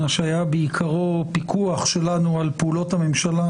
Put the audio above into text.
שהיה בעיקרו פיקוח שלנו על פעולות הממשלה,